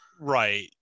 Right